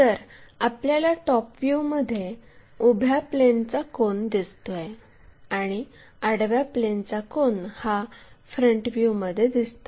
तर आपल्याला टॉप व्ह्यूमध्ये उभ्या प्लेनचा कोन दिसतोय आणि आडव्या प्लेनचा कोन हा फ्रंट व्ह्यूमध्ये दिसतोय